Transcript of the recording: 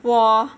我